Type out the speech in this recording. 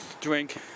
drink